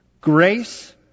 grace